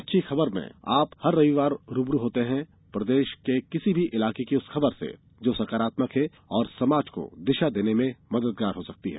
अच्छी खबरमें आप हर रविवार रूबरू होते हैं प्रदेश के किसी भी इलाके की उस खबर से जो सकारात्मक है और समाज को दिशा देने में मददगार हो सकती है